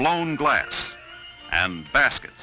blown glass and basket